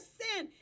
sin